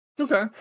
Okay